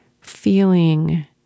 feeling